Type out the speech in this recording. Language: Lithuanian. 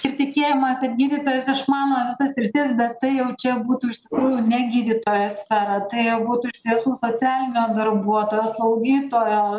ir tikėjimą kad gydytojas išmano visas sritis bet tai jau čia būtų iš tikrųjų ne gydytojo sfera tai būtų iš tiesų socialinio darbuotojo slaugytojo